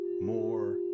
more